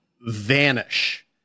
vanish